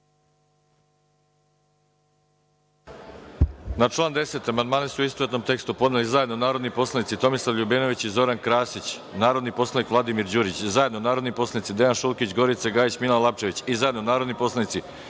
Na član 10. amandmane, u istovetnom tekstu, podneli su zajedno narodni poslanici Tomislav LJubenović i Zoran Krasić, narodni poslanik Vladimir Đurić, zajedno narodni poslanici Dejan Škulić, Gorica Gajić i Milan Lapčević i zajedno narodni poslanici